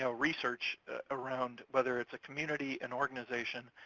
so research around whether it's a community, an organization,